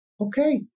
Okay